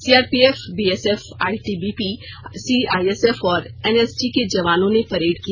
CRPF BSF ITBP CISF और NSG के जवानों ने परेड किया